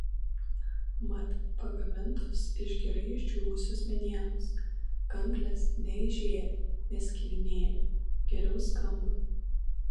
mat pagamintos iš gerai išdžiūvusios medienos kanklės neaižėja neskilinėja geriau skamba